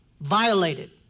Violated